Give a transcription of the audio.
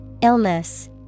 Illness